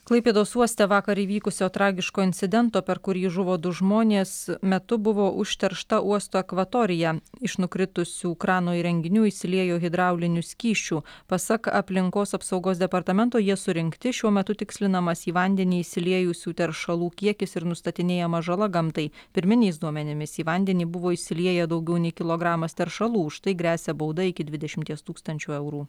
klaipėdos uoste vakar įvykusio tragiško incidento per kurį žuvo du žmonės metu buvo užteršta uosto akvatorija iš nukritusių krano įrenginių išsiliejo hidraulinių skysčių pasak aplinkos apsaugos departamento jie surinkti šiuo metu tikslinamas į vandenį išsiliejusių teršalų kiekis ir nustatinėjama žala gamtai pirminiais duomenimis į vandenį buvo išsilieję daugiau nei kilogramas teršalų už tai gresia bauda iki dvidešimties tūkstančių eurų